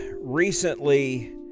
recently